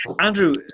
Andrew